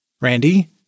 Randy